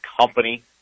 company